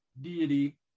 deity